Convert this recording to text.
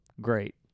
great